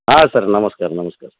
ಹಾಂ ಸರ್ ನಮಸ್ಕಾರ ನಮಸ್ಕಾರ